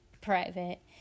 private